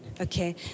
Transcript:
okay